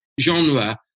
genre